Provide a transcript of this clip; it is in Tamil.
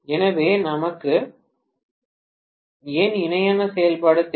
எனவே நமக்கு ஏன் இணையான செயல்பாடு தேவை